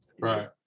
right